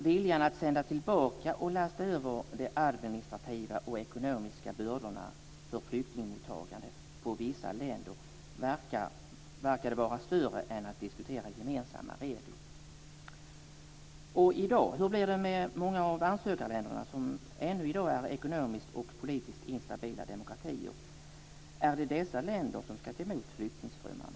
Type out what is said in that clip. Viljan att sända tillbaka och lasta över de administrativa och ekonomiska bördorna för flyktingmottagande på vissa länder verkade vara större än viljan att diskutera gemensamma regler. Hur blir det i dag? Många av ansökarländerna är ju ännu i dag ekonomiskt och politiskt instabila demokratier. Är det dessa länder som ska ta emot flyktingströmmarna?